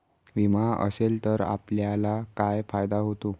विमा असेल तर आपल्याला काय फायदा होतो?